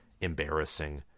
embarrassing